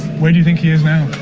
where do you think he is now?